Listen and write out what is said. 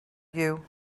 you